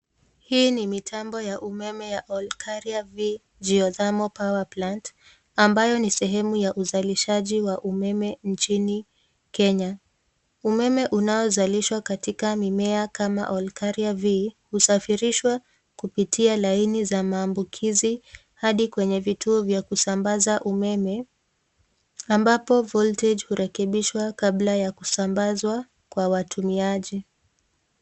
Hii ni mitambo ya umeme ya Ol Karia V Geothermal Power Plant ambayo ni sehemu ya uzalishaji wa umeme nchini Kenya. Umeme unaozalishwa katika mimea kama Olkaria V husafirishwa kupitia laini za maambukizi hadi kwenye vituo vya kusambaza umeme ambapo voltage hurekebishwa kabla ya kusambazwa kwa watumiaji.